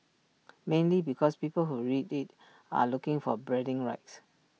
mainly because people who read IT are looking for bragging rights